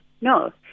No